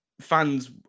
fans